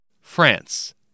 France